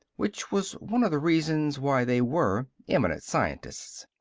which was one of the reasons why they were eminent scientists.